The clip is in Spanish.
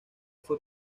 fue